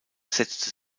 setzte